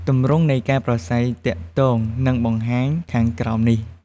ទម្រង់នៃការប្រាស្រ័យទាក់ទងនិងបង្ហាញខាងក្រោមនេះ។